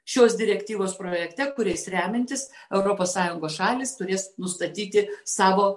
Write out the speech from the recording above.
šios direktyvos projekte kuriais remiantis europos sąjungos šalys turės nustatyti savo